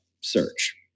search